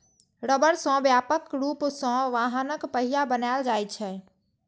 रबड़ सं व्यापक रूप सं वाहनक पहिया बनाएल जाइ छै